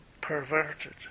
perverted